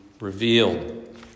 revealed